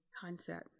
concept